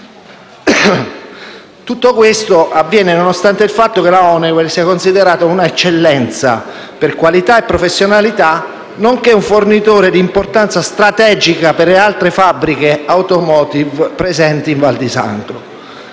Tutto questo avviene nonostante il fatto che la Honeywell di Atessa sia considerata un'eccellenza per qualità e professionalità, nonché un fornitore di importanza strategica per altre fabbriche dell'*automotive* presenti in Val di Sangro